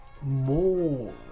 more